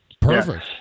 Perfect